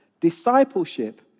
Discipleship